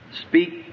speak